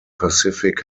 pacific